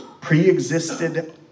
pre-existed